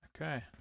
Okay